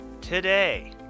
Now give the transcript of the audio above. today